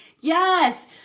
Yes